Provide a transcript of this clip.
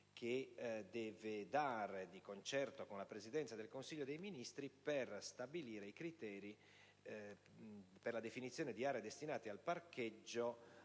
deve dare di concerto con la Presidenza del Consiglio dei ministri per stabilire i criteri per la definizione di aree destinate al parcheggio